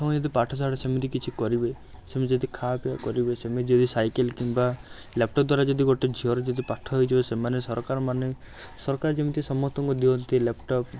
ହଁ ଇଏ ତ ପାଠସାଠ ସେମିତି କିଛି କରିବେ ସେମିତି ଯଦି ଖାଅପିଅ କରିବେ ସେମିତି ଯଦି ସାଇକେଲ୍ କିମ୍ବା ଲାପଟପ୍ ଦ୍ୱାରା ଯଦି ଗୋଟେ ଝିଅର ଯଦି ପାଠ ହେଇଯିବ ସେମାନେ ସରକାରମାନେ ସରକାର ଯେମିତି ସମସ୍ତଙ୍କୁ ଦିଅନ୍ତି ଲାପଟପ୍